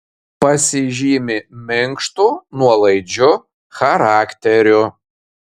pasižymi minkštu nuolaidžiu charakteriu